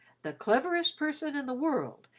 the cleverest person in the world,